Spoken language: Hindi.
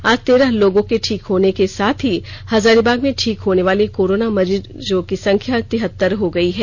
आज तेरह लोगों के ठीक होने के साथ ही हजारीबाग में ठीक होने वाले कोरोना मरीजों की संख्या तिहत्तर हो गई है